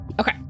Okay